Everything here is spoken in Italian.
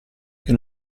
che